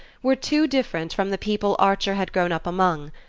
were too different from the people archer had grown up among,